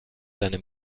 seine